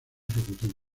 ejecutiva